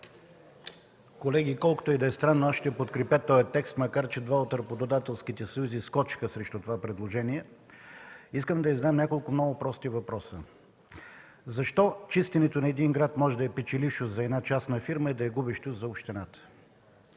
Колеги, колкото и да е странно, ще подкрепя този текст, макар че два от работодателските съюза скочиха срещу това предложение. Искам да задам няколко прости въпроса: защо чистенето на един град може да е печелившо за частна фирма и да е губещо за общината?